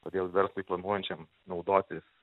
todėl verslui planuojančiam naudotis